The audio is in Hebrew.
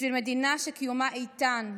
בשביל מדינה שקיומה איתן,